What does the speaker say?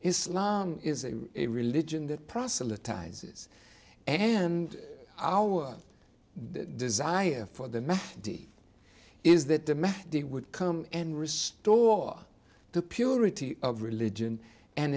islam is a religion that proselytizes and our desire for them as the is that the men they would come and restore the purity of religion and